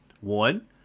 One